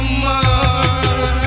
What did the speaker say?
more